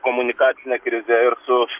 komunikacine krize ir su